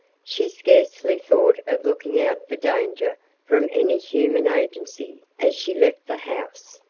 she scarcely thought of looking out for danger from any human agency as she left the house.